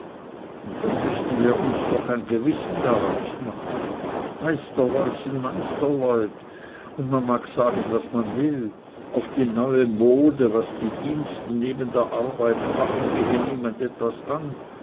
und dann müssen wir uns doch ein gewissen daraus machen meisterleut sind meisterleut und man mag sagen was man will auf die neue mode was die diensten neben der arbeit machen gehe niemand etwas an